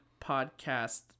Podcast